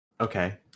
Okay